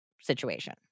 situation